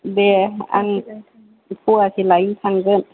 दे आं फवासे लायनो थांगोन